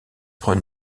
prend